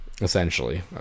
essentially